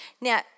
Now